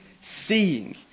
Seeing